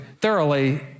thoroughly